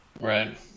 Right